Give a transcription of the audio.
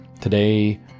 Today